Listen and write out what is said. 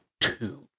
two